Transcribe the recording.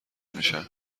میشن